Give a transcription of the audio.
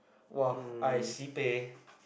!wah! I sibeh